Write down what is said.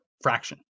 fraction